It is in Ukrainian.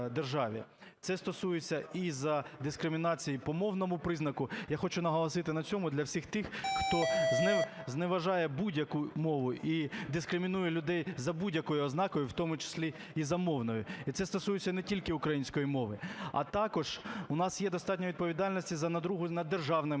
Це стосується і за дискримінації по мовному признаку. Я хочу наголосити на цьому для всіх тих, хто зневажає будь-яку мову і дискримінує людей за будь-якою ознакою, в тому числі і за мовною. І це стосується не тільки української мови. А також у нас є достатньо відповідальності за наругу над державними